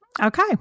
Okay